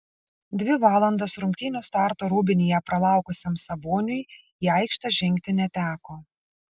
dvi valandas rungtynių starto rūbinėje pralaukusiam saboniui į aikštę žengti neteko